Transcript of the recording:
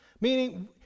Meaning